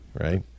Right